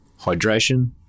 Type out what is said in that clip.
hydration